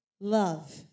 love